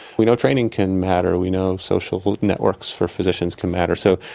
we know training can matter. we know social networks for physicians can matter, so.